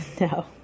No